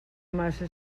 massa